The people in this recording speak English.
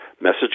message